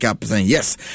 yes